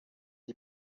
die